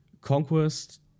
Conquest